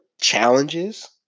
challenges